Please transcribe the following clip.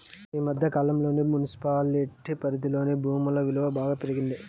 ఈ మధ్య కాలంలో మున్సిపాలిటీ పరిధిలోని భూముల విలువ బాగా పెరిగింది